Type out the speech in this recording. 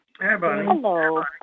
Hello